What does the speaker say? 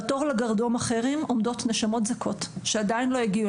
בתור לגרדום החרם עומדות נשמות זכות שעדיין לא הגיעו